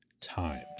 time